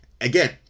again